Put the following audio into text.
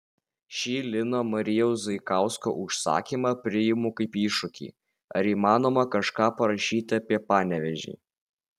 šį lino marijaus zaikausko užsakymą priimu kaip iššūkį ar įmanoma kažką parašyti apie panevėžį